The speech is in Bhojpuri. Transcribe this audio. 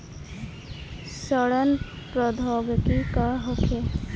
सड़न प्रधौगकी का होखे?